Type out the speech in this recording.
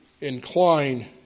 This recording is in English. incline